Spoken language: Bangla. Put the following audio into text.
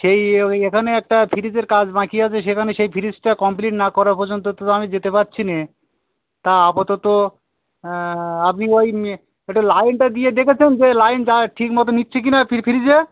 সেই ওই এখানে একটা ফ্রিজের কাজ বাকী আছে সেখানে সেই ফ্রিজটা কমপ্লিট না করা পর্যন্ত তো আমি যেতে পারছি নে তা আপাতত হ্যাঁ আপনি ওই মে ওটা লাইনটা দিয়ে দেখেছেন যে লাইন যায় ঠিক মতো নিচ্ছে কি না ফ্রিজে